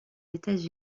états